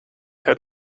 had